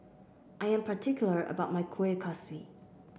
I am particular about my Kueh Kaswi